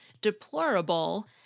deplorable